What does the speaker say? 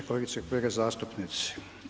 Kolegice i kolege zastupnici.